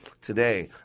today